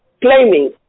claiming